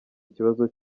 ikibazo